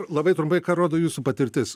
labai trumpai ką rodo jūsų patirtis